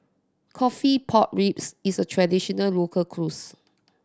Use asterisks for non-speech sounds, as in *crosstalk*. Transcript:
coffee pork ribs is a traditional local *unintelligible*